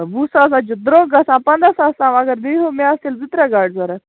وُہ ساس حظ چھُ درٛۅگ گژھان پنٚداہ ساس تانۍ اگر دِہِیٖوٗ مےٚ اَسہِ آسہٕ زٕ ترٛےٚ گاڑِ ضروٗرت